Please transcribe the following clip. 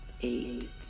eight